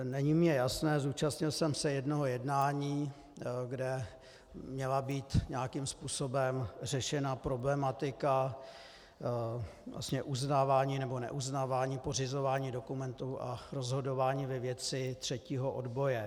Není mi jasné, zúčastnil jsem se jednoho jednání, kde měla být nějakým způsobem řešena problematika uznávání nebo neuznávání pořizování dokumentů a rozhodování ve věci třetího odboje.